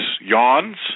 yawns